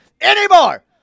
anymore